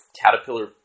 caterpillar